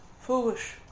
foolish